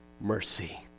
mercy